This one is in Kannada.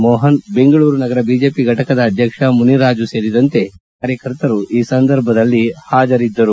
ಮೋಹನ್ ಬೆಂಗಳೂರು ನಗರ ಬಿಜೆಪಿ ಫೆಟಕದ ಅಧ್ಯಕ್ಷ ಮುನಿರಾಜು ಸೇರಿದಂತೆ ಅನೇಕ ಕಾರ್ಯಕರ್ತರು ಸಂವಾದ ಸಂದರ್ಭದಲ್ಲಿ ಹಾಜರಿದ್ದರು